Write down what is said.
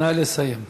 נא לסיים.